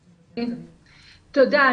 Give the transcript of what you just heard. תודה.